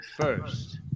First